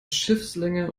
schiffslänge